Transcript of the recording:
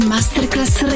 Masterclass